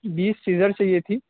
بیس scissor چاہیے تھیں